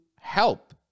help